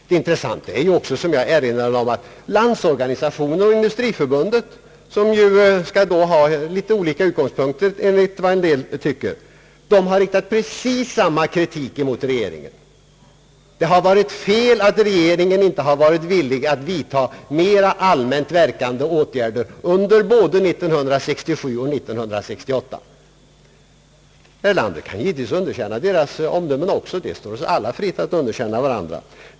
Det intressanta är också — som jag erinrade om — att Landsorganisationen och Industriförbundet, som enligt vad en del människor tycker skall ha i någon mån olika utgångspunkter, har riktat precis samma kritik mot regeringen. Det har, anser de, varit fel att regeringen inte varit villig att vidta mer allmänt verkande åtgärder under både 1967 och 1968. Herr Erlander kan givetvis underkänna deras omdömen också. Det står oss alla fritt att underkänna varandra.